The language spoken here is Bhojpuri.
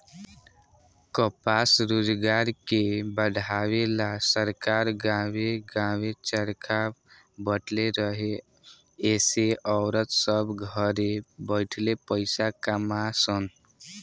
कपास रोजगार के बढ़ावे ला सरकार गांवे गांवे चरखा बटले रहे एसे औरत सभ घरे बैठले पईसा कमा सन